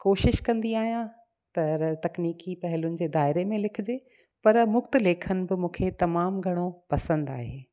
कोशिशि कंदी आहियां त तकनीकी पहलियुनि जे दाइरे में लिखिजे पर मुक्त लेखनि बि मूंखे तमामु घणो पसंदि आहे